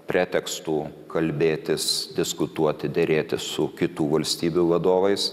pretekstų kalbėtis diskutuoti derėtis su kitų valstybių vadovais